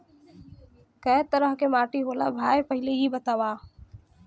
कै तरह के माटी होला भाय पहिले इ बतावा?